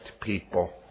people